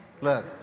Look